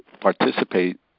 participate